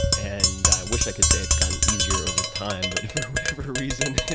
and i wish i could say it's gone easier overtime, but for whatever reason,